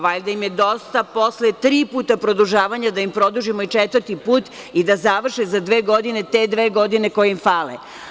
Valjda im je dosta posle tri puta produžavanja, da im produžimo i četvrti put i da završe za dve godine te dve godine koje im fale.